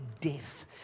death